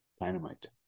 Dynamite